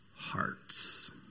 hearts